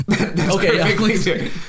okay